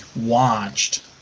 watched